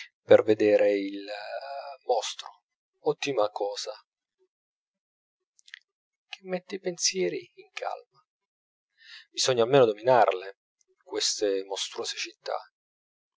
per vedere il mostro ottima cosa che mette i pensieri in calma bisogna almeno dominarle queste mostruose città